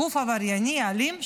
גוף עברייני אלים,